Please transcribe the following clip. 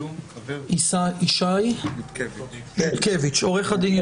אני עוה"ד ישי יודקביץ.